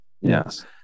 yes